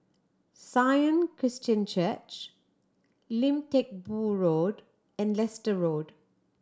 Sion Christian Church Lim Teck Boo Road and Leicester Road